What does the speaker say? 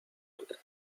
بده